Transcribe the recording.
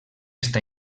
està